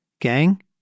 Gang